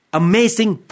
amazing